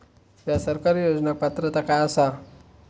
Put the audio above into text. हया सरकारी योजनाक पात्रता काय आसा?